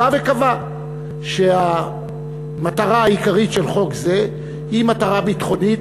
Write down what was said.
בא וקבע שהמטרה העיקרית של חוק זה היא מטרה ביטחונית,